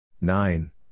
Nine